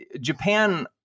Japan